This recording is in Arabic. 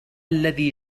الذي